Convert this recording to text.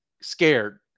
scared